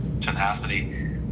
tenacity